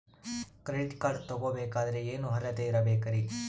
Credit card ತೊಗೋ ಬೇಕಾದರೆ ಏನು ಅರ್ಹತೆ ಇರಬೇಕ್ರಿ?